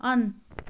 on